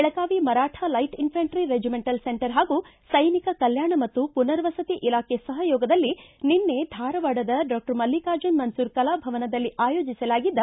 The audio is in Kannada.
Belagavi Maratha light infantry regimental centre ಹಾಗೂ ಸೈನಿಕ ಕಲ್ಯಾಣ ಮತ್ತು ಪುನರ್ವಸತಿ ಇಲಾಖೆ ಸಹಯೋಗದಲ್ಲಿ ನಿನ್ನೆ ಧಾರವಾಡದ ಡಾಕ್ಷರ್ ಮಲ್ಲಿಕಾರ್ಜುನ ಮನಸೂರ ಕಲಾಭವನದಲ್ಲಿ ಆಯೋಸಲಾಗಿದ್ದ